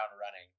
running